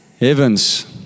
Heavens